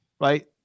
Right